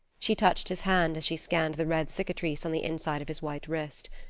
she touched his hand as she scanned the red cicatrice on the inside of his white wrist.